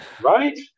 Right